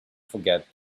forget